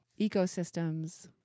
ecosystems